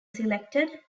selected